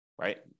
right